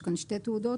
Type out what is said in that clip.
יש כאן שתי תעודות.